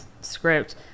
script